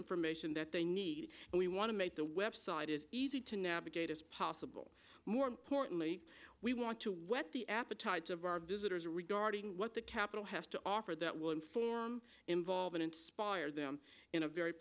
information that they need and we want to make the website is easy to navigate as possible more importantly we want to whet the appetite of our visitors regarding what the capital has to offer that will inform involve and inspire them in a very